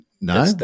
No